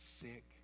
sick